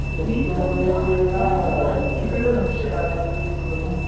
எத்தனை பேருக்குனா எத்தனை பேருக்கு புரியல அக்கா அதை எப்படி சொல்கிறதுனு